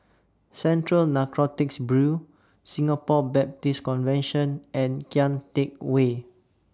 Central Narcotics Bureau Singapore Baptist Convention and Kian Teck Way